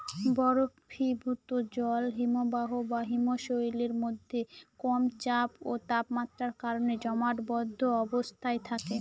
বরফীভূত জল হিমবাহ বা হিমশৈলের মধ্যে কম চাপ ও তাপমাত্রার কারণে জমাটবদ্ধ অবস্থায় থাকে